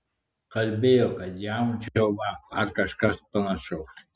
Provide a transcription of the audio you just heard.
kalbėjo kad jam džiova ar kažkas panašaus